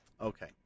Okay